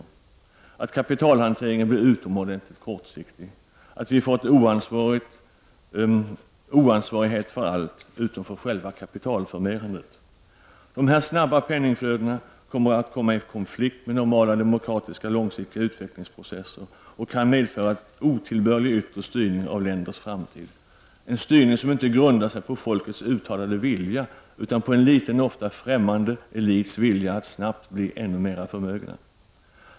Det har lett till att kapitalhanteringen blir utomordentligt kortsiktig och att vi får en oansvarighet för allt utom för själva ”kapitalförmerandet”. Dessa snabba penningflöden kommer att komma i konflikt med normala demokratiska långsiktiga utvecklingsprocesser och kan medföra en otillbörlig yttre styrning av länders framtid, en styrning som inte grundar sig på folkets uttalade vilja utan på en liten, ofta främmande, elits vilja att snabbt bli ännu mera förmögen.